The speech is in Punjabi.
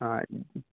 ਹਾਂ